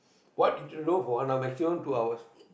what need to do maximum two hours